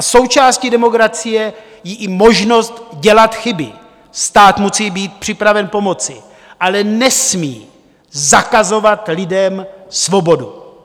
Součástí demokracie je i možnost dělat chyby stát musí být připraven pomoci, ale nesmí zakazovat lidem svobodu.